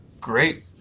Great